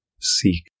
seek